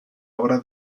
obra